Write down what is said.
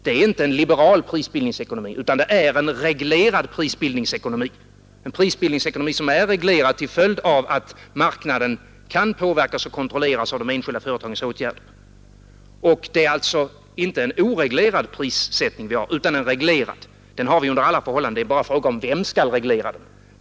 Det är inte en liberal prisbildningsekonomi utan det är en prisbildningsekonomi som är reglerad till följd av att marknaden kan påverkas och kontrolleras av de enskilda företagens åtgärder. Vi har alltså inte en oreglerad prissättning, utan en reglerad. Vi har den under alla förhållanden. Fråga är bara vem som skall reglera den.